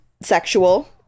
sexual